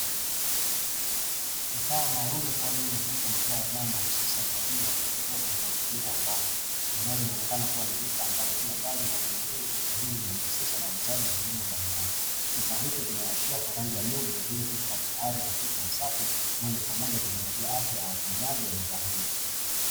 Kifaa maalum kwa ajili ya kuuza bidhaa za wanyama hususan maziwa, kiko kwenye mazingira ya ndani. Eneo linaonekana kuwa ni duka ambalo kiko mbali na huduma hii. Kifaa hiki limehusisha na uuzaji wa huduma mbalimbali. Kifaa hicho kimerahisiwa kwa rangi ya bluu, vile vile kipo katika hali rafiki ya usafi moja kwa moja kuzingatia afya ya watumiaji wa maziwa haya.